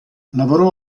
lavorò